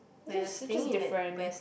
it's just it's just different